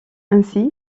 ainsi